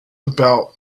about